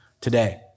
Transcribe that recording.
today